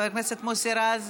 חבר הכנסת מוסי רז,